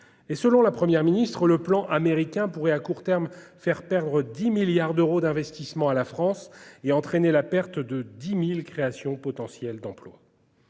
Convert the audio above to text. Selon la Première ministre, le plan américain pourrait, à court terme, faire perdre 10 milliards d'euros d'investissement à la France et compromettre quelque 10 000 créations d'emploi.